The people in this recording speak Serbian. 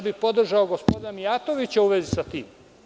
Podržao bih gospodina Mijatovića u vezi sa tim.